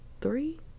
three